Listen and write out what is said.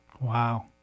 Wow